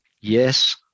yes